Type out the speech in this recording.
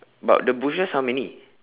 but the bushes how many